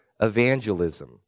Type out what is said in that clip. evangelism